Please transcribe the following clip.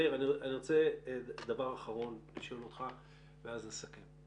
מאיר, אני רוצה דבר אחרון לשאול אותך ואז לסכם.